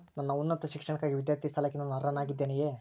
ನನ್ನ ಉನ್ನತ ಶಿಕ್ಷಣಕ್ಕಾಗಿ ವಿದ್ಯಾರ್ಥಿ ಸಾಲಕ್ಕೆ ನಾನು ಅರ್ಹನಾಗಿದ್ದೇನೆಯೇ?